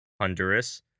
Honduras